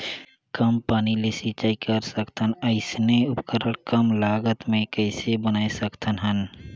कम पानी ले सिंचाई कर सकथन अइसने उपकरण कम लागत मे कइसे बनाय सकत हन?